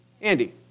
Andy